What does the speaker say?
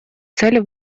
цели